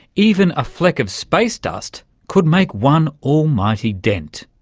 even a fleck of space dust could make one almighty dent.